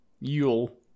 Yule